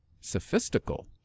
sophistical